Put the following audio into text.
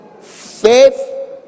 faith